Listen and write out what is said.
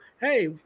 Hey